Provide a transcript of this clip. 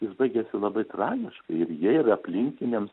jis baigiasi labai tragiškai ir jai ir aplinkiniam